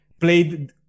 played